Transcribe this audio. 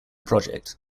project